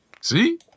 See